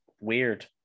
Weird